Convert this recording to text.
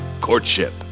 Courtship